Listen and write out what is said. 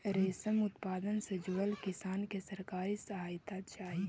रेशम उत्पादन से जुड़ल किसान के सरकारी सहायता चाहि